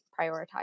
prioritize